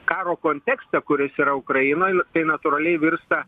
karo kontekstą kuris yra ukrainoj tai natūraliai virsta